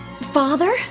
Father